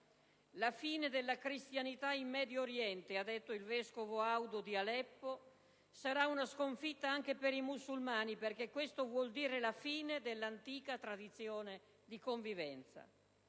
La fine della cristianità in Medio Oriente, ha detto il vescovo Audo di Aleppo, sarà una sconfitta anche per i musulmani, perché questo vuol dire la fine dell'antica tradizione di convivenza.